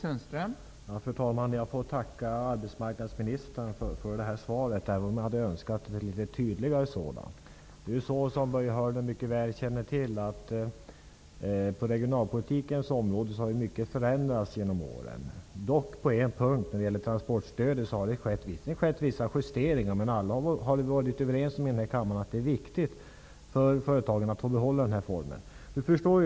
Fru talman! Jag tackar arbetsmarknadsministern för svaret, även om jag hade önskat ett litet tydligare sådant. Såsom Börje Hörnlund mycket väl känner till, har mycket förändrats på regionalpolitikens område genom åren. Vad gäller transportstödet har det visserligen skett vissa justeringar, men vi har alla i denna kammare varit överens om att det är viktigt för företagen att få behålla denna form av stöd.